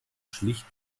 schlicht